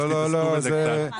אני